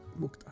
Mukta